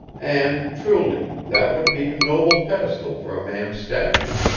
and, truly, that would be a noble pedestal for a man's statue